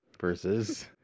versus